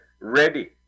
ready